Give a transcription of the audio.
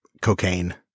cocaine